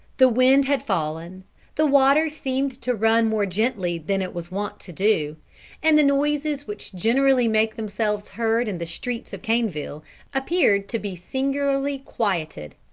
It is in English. the wind had fallen the water seemed to run more gently than it was wont to do and the noises which generally make themselves heard in the streets of caneville appeared to be singularly quieted.